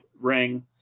ring